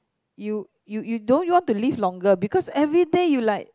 you you you don't want to live longer because everyday you like